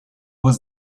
was